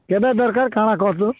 କେବେ ଦରକାର କାଣା କରତୁ